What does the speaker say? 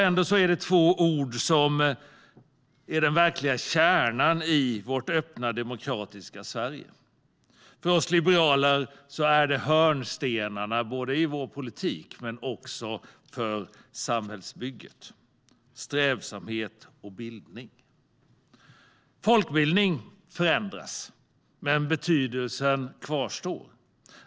Ändå är det två ord som är den verkliga kärnan i vårt öppna, demokratiska Sverige. För oss liberaler är detta hörnstenar i vår politik och också för samhällsbygget - strävsamhet och bildning. Folkbildning förändras, men betydelsen av den kvarstår.